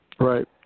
Right